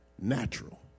natural